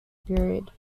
period